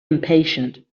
impatient